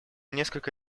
несколько